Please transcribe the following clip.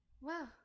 Wow